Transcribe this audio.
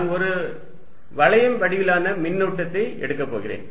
நான் ஒரு வளையம் வடிவிலான மின்னூட்டத்தை எடுக்கப் போகிறேன்